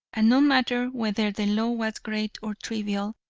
and no matter whether the law was great or trivial,